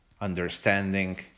understanding